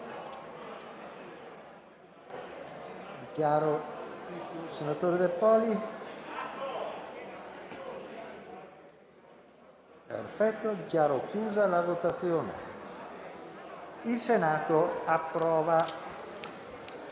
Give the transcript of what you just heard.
**Il Senato approva.**